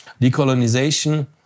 decolonization